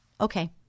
okay